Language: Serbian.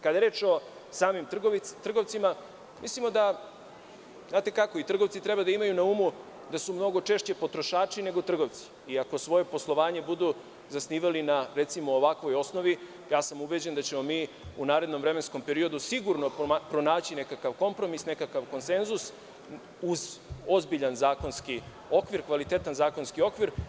Kada je reč o samim trgovcima, mislimo da i oni treba da imaju na umu da su mnogo češće potrošači nego trgovci i ako svoje poslovanje budu zasnivali na ovakvoj osnovi, ja sam ubeđen da ćemo mi u narednom vremenskom periodu sigurno pronaći nekakav kompromis, nekakav konsenzus, uz ozbiljan i kvalitetan zakonski okvir.